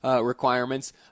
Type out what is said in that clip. requirements